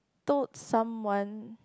told someone